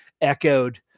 echoed